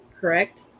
correct